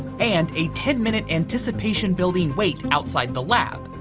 and a ten minute anticipation building wait outside the lab,